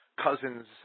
cousins